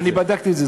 אני בדקתי את זה.